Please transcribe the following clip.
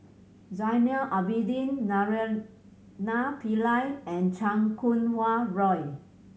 Zainal Abidin Naraina Pillai and Chan Kum Wah Roy